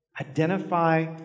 Identify